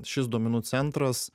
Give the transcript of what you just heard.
šis duomenų centras